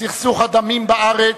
הדמים בארץ,